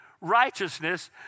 Righteousness